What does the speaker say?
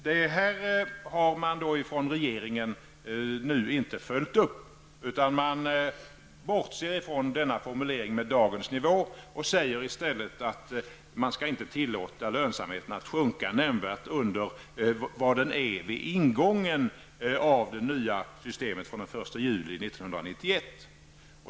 Detta har man inte följt upp från regeringen, utan man bortser från formuleringen ''dagens nivå'' och säger i stället att man inte skall tillåta lönsamheten att sjunka nämnvärt under vad den är vid ingången av det nya systemet den 1 juli 1991.